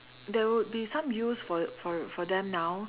there would be some use for for for them now